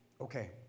Okay